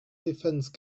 defense